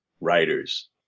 writers